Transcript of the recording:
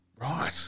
Right